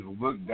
look